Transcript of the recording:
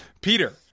Peter